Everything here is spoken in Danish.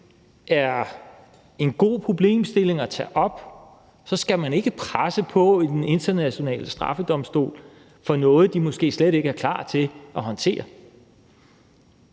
er en god problemstilling at tage op, mener vi, at man ikke skal presse på for, at Den Internationale Straffedomstol skal noget, de måske slet ikke er klar til at håndtere.